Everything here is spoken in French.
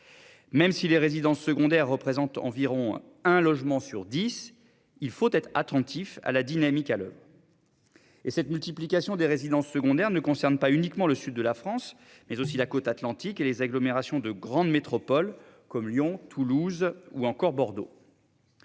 Même si les résidences secondaires représentent environ un logement sur 10. Il faut être attentif à la dynamique à l'heure. Et cette multiplication des résidences secondaires ne concerne pas uniquement le sud de la France mais aussi la côte Atlantique et les agglomérations de grandes métropoles comme Lyon, Toulouse ou encore Bordeaux.